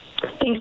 thanks